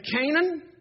Canaan